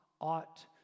ought